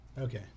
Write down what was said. Okay